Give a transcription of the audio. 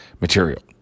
material